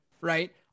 right